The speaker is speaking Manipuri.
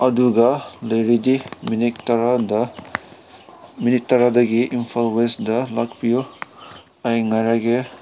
ꯑꯗꯨꯒ ꯂꯩꯔꯗꯤ ꯃꯤꯅꯤꯠ ꯇꯔꯥꯗ ꯃꯤꯅꯤꯠ ꯇꯔꯥꯗꯒꯤ ꯏꯝꯐꯥꯜ ꯋꯦꯁꯇ ꯂꯥꯛꯄꯤꯌꯣ ꯑꯩ ꯉꯥꯏꯔꯒꯦ